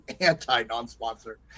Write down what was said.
anti-non-sponsor